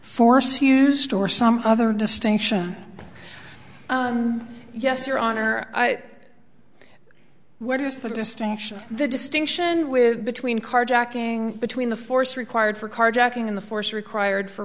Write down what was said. force used or some other distinction yes your honor where does the distinction the distinction with between carjacking between the force required for carjacking in the force required for